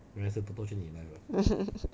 mm